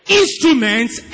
instruments